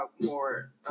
more